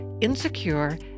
Insecure